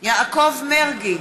יעקב מרגי,